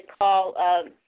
call